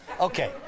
Okay